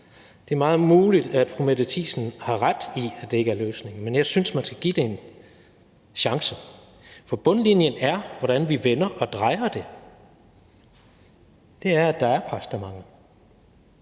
Det er meget muligt, at fru Mette Thiesen har ret i, at det ikke er løsningen, men jeg synes, man skal give det en chance. For bundlinjen er, hvordan vi så end vender og drejer det, at der er præstemangel.